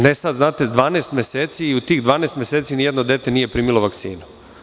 Ne sada, 12 meseci, pa u tih 12 meseci nijedno dete nije primilo vakcinu.